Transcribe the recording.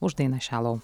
už dainą šelov